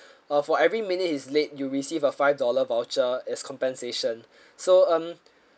uh for every minute he's late you receive a five dollar voucher as compensation so um